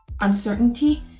uncertainty